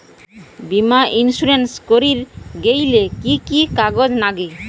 বীমা ইন্সুরেন্স করির গেইলে কি কি কাগজ নাগে?